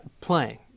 playing